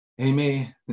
Amen